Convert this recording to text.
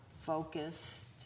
focused